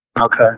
Okay